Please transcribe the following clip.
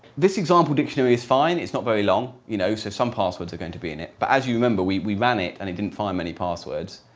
this example dictionary is fine, it's not very long, you know some passwords are going to be in it, but as you remember we ran it and it didn't find many passwords.